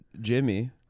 jimmy